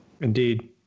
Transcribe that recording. Indeed